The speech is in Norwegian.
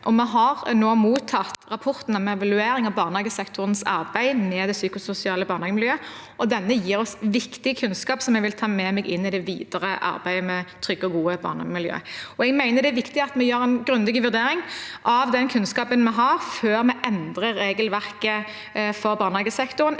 Vi har nå mottatt rapporten om evalueringen av barnehagesektorens arbeid med det psykososiale barnehagemiljøet, og den gir oss viktig kunnskap som jeg vil ta med meg inn i det videre arbeidet med trygge og gode barnehagemiljøer. Jeg mener det er viktig at vi gjør en grundig vurdering av den kunnskapen vi har, før vi endrer regelverket for barnehagesektoren.